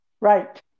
Right